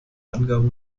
angaben